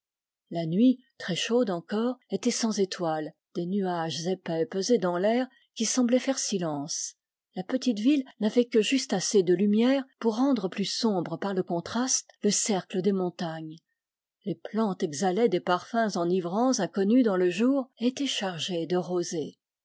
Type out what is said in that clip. la nuit très chaude encore était sans étoiles des nuages épais pesaient dans l'air qui semblait faire silence la petite ville n'avait que juste assez de lumières pour rendre plus sombre par le contraste le cercle des montagnes les plantes exhalaient des parfums enivrans inconnus dans le jour et étaient chargées de rosée